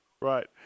Right